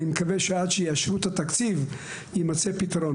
אני מקווה שעד שיאשרו את התקציב יימצא פתרון,